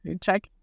Check